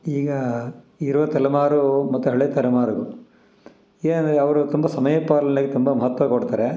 ಈಗ ಇರೋ ತಲೆಮಾರು ಮತ್ತು ಹಳೆ ತಲೆಮಾರುಗಳು ಏನಂದರೆ ಅವರು ತುಂಬ ಸಮಯ ಪಾಲನೆಗೆ ತುಂಬ ಮಹತ್ವ ಕೊಡ್ತಾರೆ